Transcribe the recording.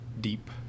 deep